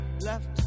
left